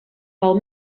pel